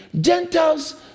Gentiles